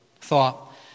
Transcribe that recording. thought